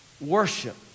Worship